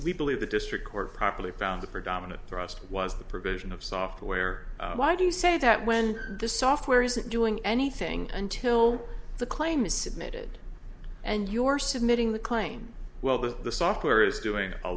we believe the district court properly found the predominant thrust was the provision of software why do you say that when the software isn't doing anything until the claim is submitted and your submitting the claim well that the software is doing a